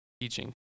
teaching